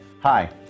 Hi